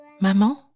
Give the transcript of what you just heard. Maman